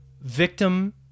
victim